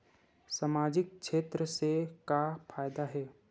सामजिक क्षेत्र से का फ़ायदा हे?